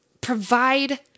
provide